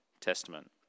Testament